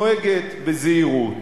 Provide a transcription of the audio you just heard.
שנוהגת בזהירות,